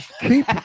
keep